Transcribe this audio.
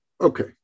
Okay